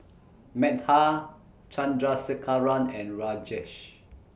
Medha Chandrasekaran and Rajesh